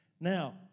Now